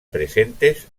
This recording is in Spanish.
presentes